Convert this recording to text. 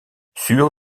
sûr